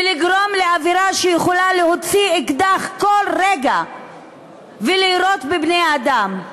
ולגרום לאווירה שיכולה להוציא אקדח כל רגע ולירות בבני-אדם.